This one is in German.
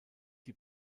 die